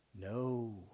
no